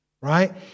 right